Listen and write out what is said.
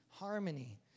Harmony